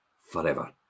forever